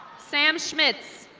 sam schmidts.